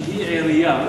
שהיא עירייה,